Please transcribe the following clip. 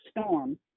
storm